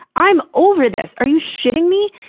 i'm over this. are you shitting me?